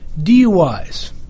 DUIs